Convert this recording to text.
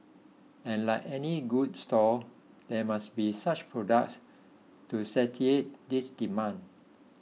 and like any good store there must be such products to satiate this demand